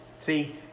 See